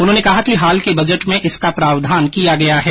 उन्होंने कहा कि हाल के बजट में इसका प्रावधान किया गया है